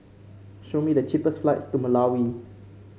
show me the cheapest flights to Malawi